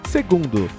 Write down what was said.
Segundo